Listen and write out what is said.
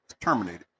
terminated